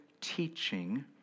teaching